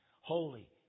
holy